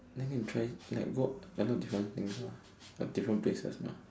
then can try like walk a lot of different things lah different places lor